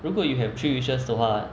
如果 you have three wishes 的话